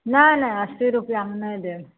नहि नहि अस्सी रुपैआमे नहि देब